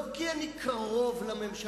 לא כי אני קרוב לממשלה,